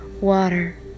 Water